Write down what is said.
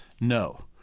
no